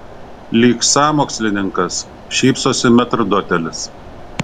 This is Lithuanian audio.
lyg sąmokslininkas šypsosi metrdotelis